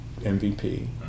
MVP